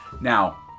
Now